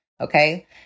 Okay